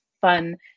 fun